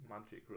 magic